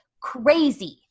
crazy